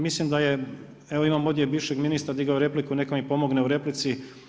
Mislim da je, evo imam ovdje i bivšeg ministra, digao je repliku, neka mi pomogne u replici.